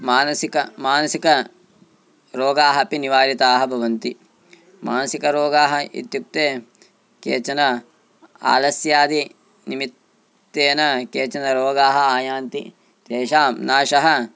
मानसिक मानसिकरोगाः अपि निवारिताः भवन्ति मानसिकरोगाः इत्युक्ते केचन आलस्यादि निमित्तेन केचन रोगाः आयान्ति तेषां नाशः